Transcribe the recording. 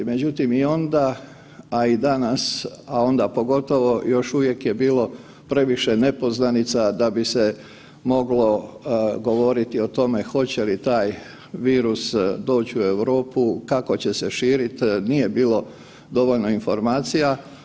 Međutim, i onda, a i danas, a onda pogotovo još uvijek je bilo previše nepoznanica da bi se moglo govoriti o tome hoće li taj virus doći u Europu, kako će se širiti, nije bilo dovoljno informacija.